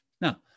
Now